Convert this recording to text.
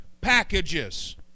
packages